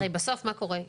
הרי בסוף מה קורה?